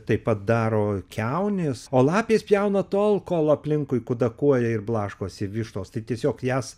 tai padaro kiaunės o lapės pjauna tol kol aplinkui kudakuoja ir blaškosi vištos tai tiesiog jas